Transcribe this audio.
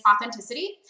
authenticity